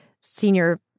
senior